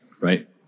Right